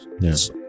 Yes